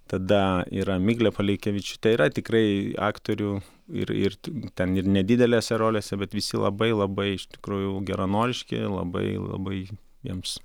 tada yra miglė polikevičiūtė yra tikrai aktorių ir ir ten ir nedidelėse rolėse bet visi labai labai iš tikrųjų geranoriški labai labai jiems